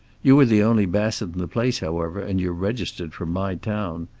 you are the only bassett in the place, however, and you're registered from my town.